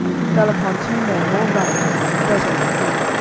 who fell upon two men more righteous and better than he,